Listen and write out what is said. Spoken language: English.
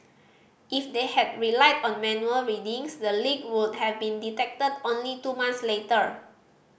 if they had relied on manual readings the leak would have been detected only two months later